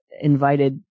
invited